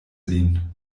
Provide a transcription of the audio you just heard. lin